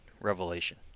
revelation